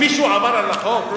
מישהו עבר על החוק?